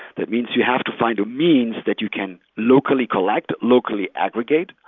that means you have to find a means that you can locally collect, locally aggregate,